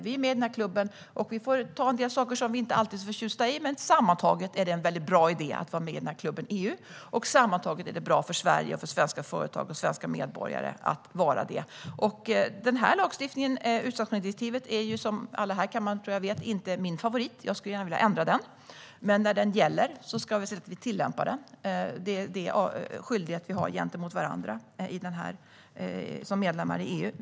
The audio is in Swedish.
Vi är med i klubben EU och får ta en del saker som vi inte alltid är så förtjusta i, men sammantaget är det en väldigt bra idé för Sverige, svenska företag och svenska medborgare att vara med i den. Utstationeringsdirektivet är, som jag tror att alla här i kammaren vet, inte min favorit. Jag skulle gärna vilja ändra det. Men när det gäller ska vi tillämpa det. Det är en skyldighet vi har gentemot varandra som medlemmar i EU.